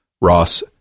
Ross